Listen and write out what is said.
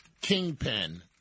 kingpin